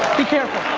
be careful.